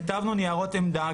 כתבנו ניירות עמדה,